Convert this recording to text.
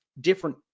different